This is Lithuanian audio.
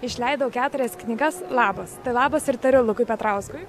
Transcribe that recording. išleidau keturias knygas labas labas ir tariu lukui petrauskui